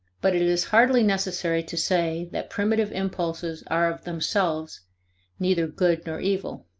but it is hardly necessary to say that primitive impulses are of themselves neither good nor evil,